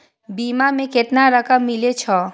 बीमा में केतना रकम मिले छै?